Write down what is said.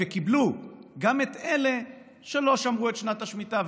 וקיבלו גם את אלה שלא שמרו את שנת השמיטה,